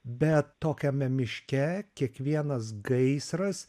bet tokiame miške kiekvienas gaisras